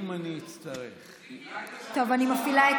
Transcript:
שוחח איתי ואני מאמין למילה שלו,